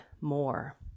more